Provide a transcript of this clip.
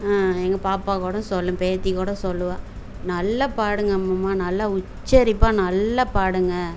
எங்கள் பாப்பாக்கூட சொல்லும் பேத்தி கூட சொல்லுவாள் நல்லா பாடுங்கள் அம்மம்மா நல்லா உச்சரிப்பாக நல்லா பாடுங்கள்